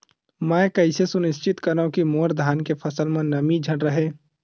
मैं कइसे सुनिश्चित करव कि मोर धान के फसल म नमी झन रहे?